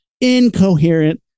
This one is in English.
Incoherent